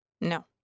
No